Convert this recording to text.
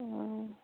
অঁ